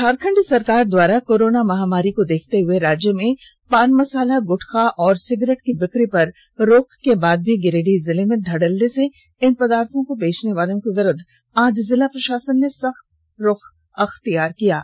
झारखंड सरकार द्वारा कोरोना महामारी को देखते हुए राज्य में पान मसाला गुटका और सिगरेट की बिक्री पर रोक के बाद भी गिरिडीह जिले में धड़ल्ले से इन पदार्थो को बेचने वालों के विरुद्व आज जिला प्रशासन ने सख्त रुख अख्तियार कर लिया है